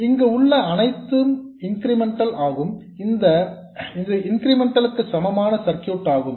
இங்கு உள்ள அனைத்தும் இன்கிரிமெண்டல் ஆகும் இது இன்கிரிமெண்டல் க்கு சமமான சர்க்யூட் ஆகும்